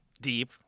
deep